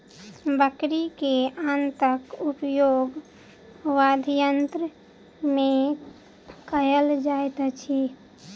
बकरी के आंतक उपयोग वाद्ययंत्र मे कयल जाइत अछि